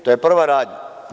To je prva radnja.